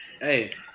hey